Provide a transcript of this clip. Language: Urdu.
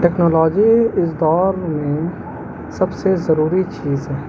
ٹیکنالوجی اس دور میں سب سے ضروری چیز ہے